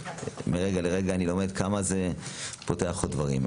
ומרגע לרגע אני למד שזה פותח עוד דברים.